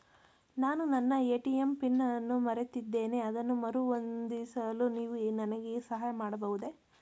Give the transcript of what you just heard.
ನಾನು ನನ್ನ ATM pin ಅನ್ನು ಮರೆತಿದ್ದೇನೆ ಅದನ್ನು ಮರುಹೊಂದಿಸಲು ನೀವು ನನಗೆ ಸಹಾಯ ಮಾಡಬಹುದೇ?